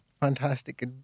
fantastic